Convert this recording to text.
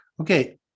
okay